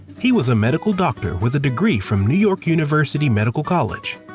he was a medical doctor with a degree from new york university medical college.